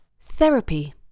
Therapy